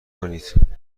کنید